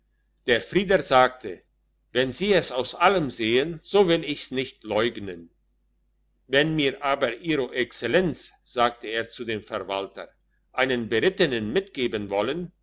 der frieder sagte wenn sie es aus allem sehen so will ich's nicht leugnen wenn mir aber ihro exzellenz sagte er zu dem verwalter einen brittenen mitgeben wollen